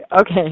okay